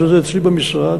שזה אצלי במשרד,